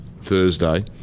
Thursday